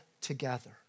together